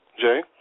Jay